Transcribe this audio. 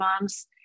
moms